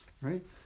right